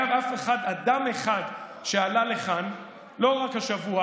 מספיק להגיד משהו,